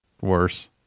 worse